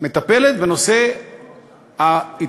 מטפלת בנושא ההתנתקות.